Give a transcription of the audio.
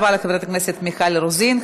תודה רבה לחברת הכנסת מיכל רוזין.